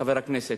חבר הכנסת.